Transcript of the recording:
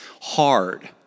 hard